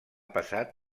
passat